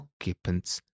occupants